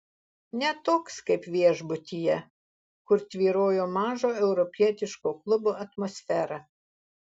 ne toks kaip viešbutyje kur tvyrojo mažo europietiško klubo atmosfera